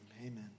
Amen